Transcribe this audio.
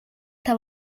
esta